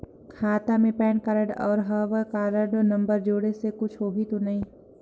खाता मे PAN card और हव कारड नंबर जोड़े से कुछ होही तो नइ?